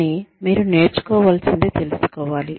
కానీ మీరు నేర్చుకోవలసినది తెలుసుకోవాలి